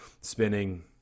spinning